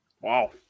Wow